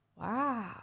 wow